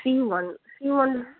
C one C one